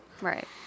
Right